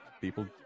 people